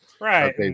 Right